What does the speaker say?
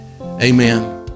amen